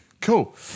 Cool